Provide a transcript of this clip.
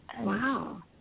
Wow